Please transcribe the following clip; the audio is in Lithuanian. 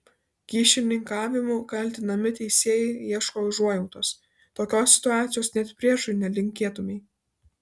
kyšininkavimu kaltinami teisėjai ieško užuojautos tokios situacijos net priešui nelinkėtumei